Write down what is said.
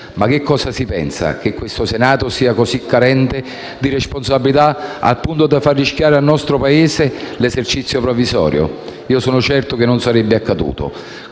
si pensa? Si pensa che questo Senato sia così carente di responsabilità, al punto da far rischiare al nostro Paese l'esercizio provvisorio? Sono certo che non sarebbe accaduto.